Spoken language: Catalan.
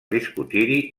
discutir